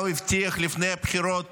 לפני הבחירות